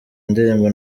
indirimbo